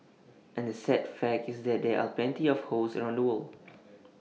and the sad fact is that there are plenty of hosts around the world